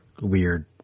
weird